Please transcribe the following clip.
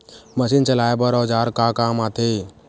Machine चलाए बर औजार का काम आथे?